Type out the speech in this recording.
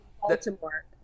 Baltimore